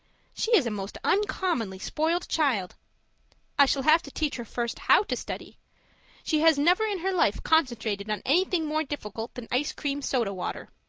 she is a most uncommonly spoiled child i shall have to teach her first how to study she has never in her life concentrated on anything more difficult than ice-cream soda water.